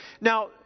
Now